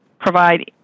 provide